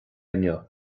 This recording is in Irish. inniu